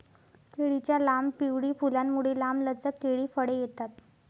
केळीच्या लांब, पिवळी फुलांमुळे, लांबलचक केळी फळे येतात